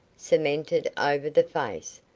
cemented over the face,